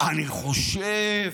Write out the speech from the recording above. אני חושב,